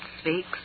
speaks